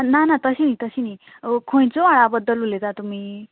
ना ना तशें न्ही तशें न्ही खंयच्या व्हाळा बद्दल उलयता तुमी